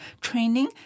training